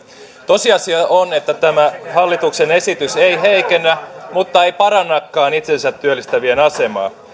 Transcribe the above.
tosiasia on että tämä hallituksen esitys ei heikennä mutta ei parannakaan itsensä työllistävien asemaa